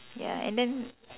ya and then